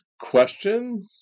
question